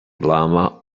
lama